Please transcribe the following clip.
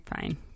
fine